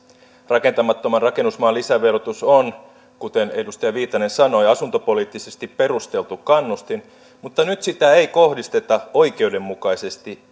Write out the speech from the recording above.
rakentamattoman rakennusmaan lisäverotus on kuten edustaja viitanen sanoi asuntopoliittisesti perusteltu kannustin mutta nyt sitä ei kohdisteta oikeudenmukaisesti